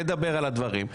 נדבר על הדברים,